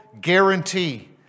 guarantee